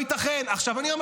הייתם ממשלה, הייתם